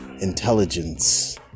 intelligence